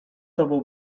sobą